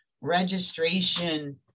registration